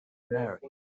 marry